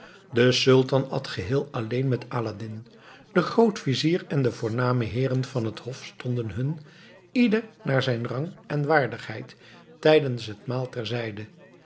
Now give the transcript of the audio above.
de sultan at geheel alleen met aladdin de grootvizier en de voorname heeren van het hof stonden hun ieder naar zijn rang en waardigheid tijdens het